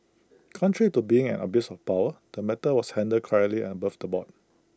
contrary to being an abuse of power the matter was handled correctly and above the board